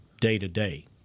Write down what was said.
day-to-day